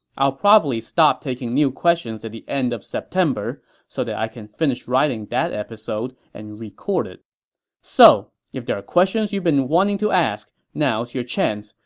i'll probably stop taking new questions at the end of september so that i can finish writing the episode and record it so, if there are questions you've been wanting to ask, now's your chance.